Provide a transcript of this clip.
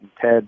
Ted